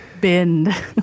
Bend